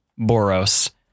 Boros